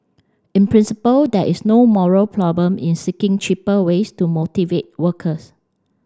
in principle there is no moral problem in seeking cheaper ways to motivate workers